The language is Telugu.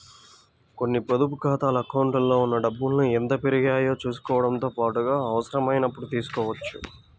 కొన్ని పొదుపు ఖాతాల అకౌంట్లలో ఉన్న డబ్బుల్ని ఎంత పెరిగాయో చూసుకోవడంతో పాటుగా అవసరమైనప్పుడు తీసుకోవచ్చు